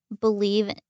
believe